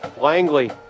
Langley